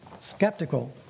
skeptical